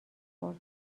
خورد